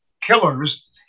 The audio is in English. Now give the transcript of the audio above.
killers